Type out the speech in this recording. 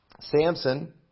Samson